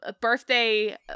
birthday